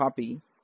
ఇంకా r2 అవుతుంది